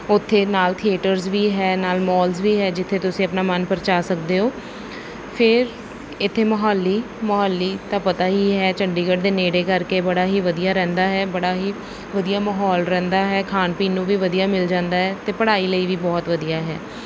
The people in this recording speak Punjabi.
ਉੱਥੇ ਨਾਲ ਥੀਏਟਰਸ ਵੀ ਹੈ ਨਾਲ ਮੋਲਜ ਵੀ ਹੈ ਜਿੱਥੇ ਤੁਸੀਂ ਆਪਣਾ ਮਨਪਰਚਾ ਸਕਦੇ ਹੋ ਫਿਰ ਇੱਥੇ ਮੋਹਾਲੀ ਮੋਹਾਲੀ ਦਾ ਪਤਾ ਹੀ ਹੈ ਚੰਡੀਗੜ੍ਹ ਦੇ ਨੇੜੇ ਕਰਕੇ ਬੜਾ ਹੀ ਵਧੀਆ ਰਹਿੰਦਾ ਹੈ ਬੜਾ ਹੀ ਵਧੀਆ ਮਾਹੌਲ ਰਹਿੰਦਾ ਹੈ ਖਾਣ ਪੀਣ ਨੂੰ ਵੀ ਵਧੀਆ ਮਿਲ ਜਾਂਦਾ ਹੈ ਅਤੇ ਪੜ੍ਹਾਈ ਲਈ ਵੀ ਬਹੁਤ ਵਧੀਆ ਹੈ